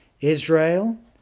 Israel